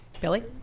Billy